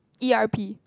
E R P